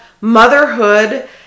motherhood